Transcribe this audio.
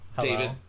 David